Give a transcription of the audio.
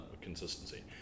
consistency